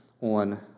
on